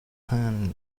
hand